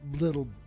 little